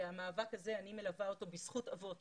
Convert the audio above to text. כי את המאבק הזה אני מלווה בזכות אבות,